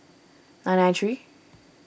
nine nine three